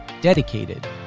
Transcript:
dedicated